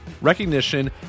recognition